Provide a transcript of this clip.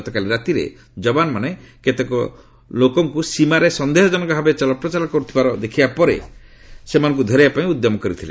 ଗତକାଲି ରାତିରେ ଯବାନମାନେ କେତେକ ଲୋକ ସୀମାରେ ସନ୍ଦେହଜନକ ଭାବେ ଚଳପ୍ରଚଳ କରୁଥିବାର ଦେଖିବା ପରେ ସେମାନଙ୍କୁ ଧରିବାପାଇଁ ଉଦ୍ୟମ କରିଥିଲେ